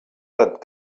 that